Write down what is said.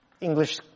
English